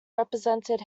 represented